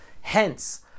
Hence